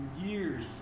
years